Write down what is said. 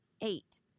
Eight